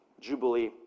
jubilee